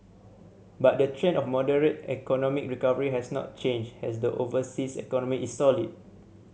but the trend of moderate economic recovery has not changed as the overseas economy is solid